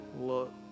look